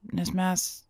nes mes